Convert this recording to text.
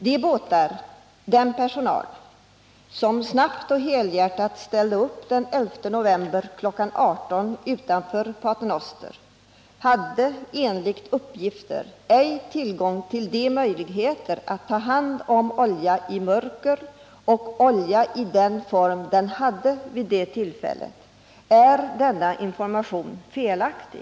Den båtpersonal som snabbt och helhjärtat ställde upp den 11 november kl. 18.00 utanför Pater Noster hade enligt uppgifter ej tillgång till den utrustning som står till buds för att ta hand om olja i mörker, inte heller till sådan som krävs för att ta hand om olja i den form den hade vid det tillfället. Är denna information felaktig?